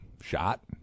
shot